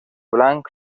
blanc